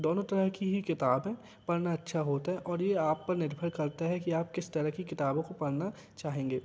दोनों तरह की ही किताब हैं पढ़ना अच्छा होता है और यह आप पर निर्भर करता है कि आप किस तरह की किताबों को पढ़ना चाहेंगे